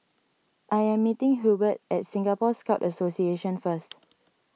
I am meeting Hubert at Singapore Scout Association first